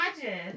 Imagine